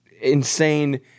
insane